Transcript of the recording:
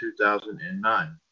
2009